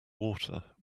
water